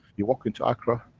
you walk into accra,